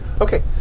Okay